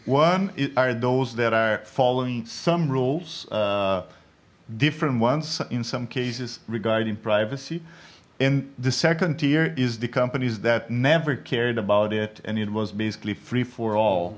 one are those that are following some rules different ones in some cases regarding privacy and the second tier is the companies that never cared about it and it was basically free for all